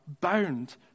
bound